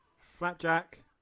Flapjack